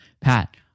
Pat